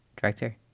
director